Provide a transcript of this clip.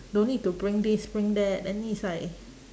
don't need to bring this bring that then is like